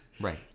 Right